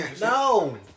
No